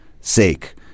sake